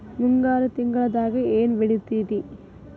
ಮುಂಗಾರು ತಿಂಗಳದಾಗ ಏನ್ ಬೆಳಿತಿರಿ?